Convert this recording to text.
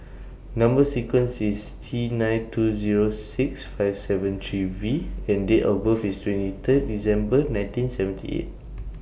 Number sequence IS T nine two Zero six five seven three V and Date of birth IS twenty Third December nineteen seventy eight